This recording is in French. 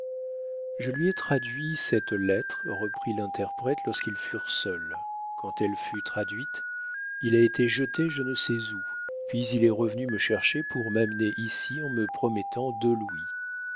je lui ai traduit cette lettre reprit l'interprète lorsqu'ils furent seuls quand elle fut traduite il a été je ne sais où puis il est revenu me chercher pour m'amener ici en me promettant deux louis